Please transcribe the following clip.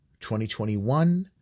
2021